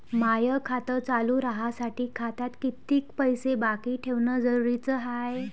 माय खातं चालू राहासाठी खात्यात कितीक पैसे बाकी ठेवणं जरुरीच हाय?